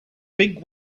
big